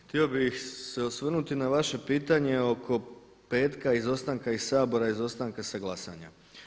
Htio bih se osvrnuti na vaše pitanje oko petka, izostanka iz Sabora, izostanka sa glasanja.